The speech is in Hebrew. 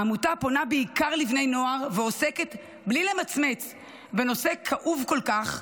העמותה פונה בעיקר לבני נוער ועוסקת בלי למצמץ בנושא כאוב כל כך,